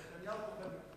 נתניהו פוחד ממך.